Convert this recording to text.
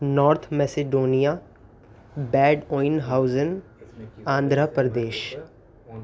north Macedonia Bedouin ہاؤزن آندھرا پردیش